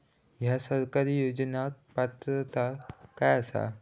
हया सरकारी योजनाक पात्रता काय आसा?